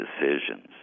decisions